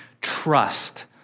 trust